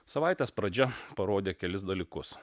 savaitės pradžia parodė kelis dalykus